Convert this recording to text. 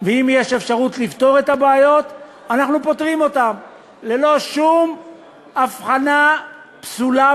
ואם יש אפשרות לפתור את הבעיות אנחנו פותרים אותן ללא שום הבחנה פסולה,